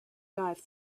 dive